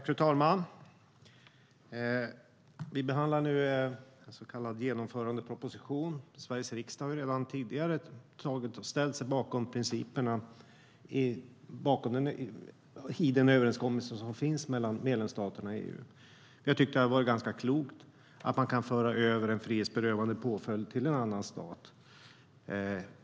Fru talman! Vi behandlar nu en så kallad genomförandeproposition. Sveriges riksdag har redan tidigare ställt sig bakom den överenskommelse som finns mellan medlemsstaterna i EU. Jag tycker att det är ganska klokt att man kan föra över en frihetsberövande påföljd till en annan stat.